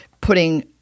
putting